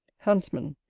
huntsman.